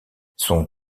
son